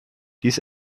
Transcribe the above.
dies